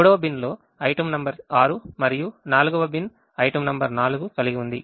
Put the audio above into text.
మూడవ బిన్ లో item number 6 మరియు 4 వ బిన్ item నంబర్ 4 కలిగి ఉంది